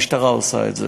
המשטרה עושה את זה